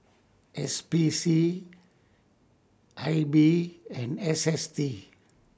S P C I B and S S T